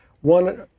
One